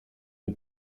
nie